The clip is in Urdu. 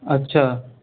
اچھا